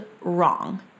wrong